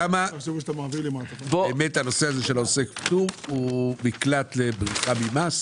כמה הנושא הזה של עוסק פטור הוא מקלט לבריחה ממס